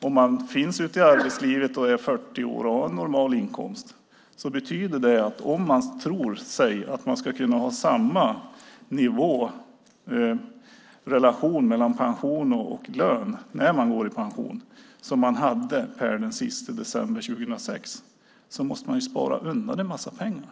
Om man är ute i arbetslivet, är 40 år, har normal inkomst och tror att man ska kunna ha samma relation mellan pension och lön när man går i pension som man hade per den 31 december 2006 betyder det att man måste lägga undan en massa pengar.